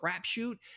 crapshoot